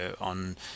on